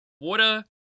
water